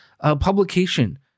publication